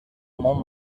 món